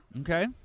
Okay